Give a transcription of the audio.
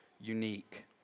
unique